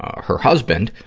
her husband,